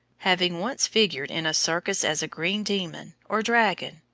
having once figured in a circus as a green demon, or dragon,